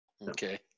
Okay